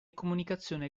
comunicazione